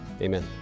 Amen